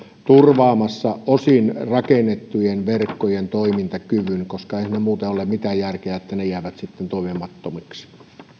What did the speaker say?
turvaamassa osin rakennettujen verkkojen toimintakyvyn koska eihän siinä muuten ole mitään järkeä että ne jäävät sitten toimimattomiksi